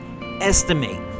estimate